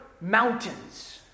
mountains